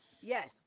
Yes